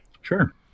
Sure